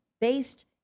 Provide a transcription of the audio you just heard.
based